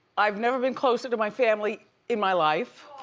i've never been closer to my family in my life.